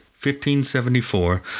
1574